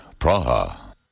Praha